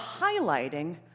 highlighting